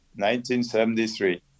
1973